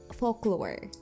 folklore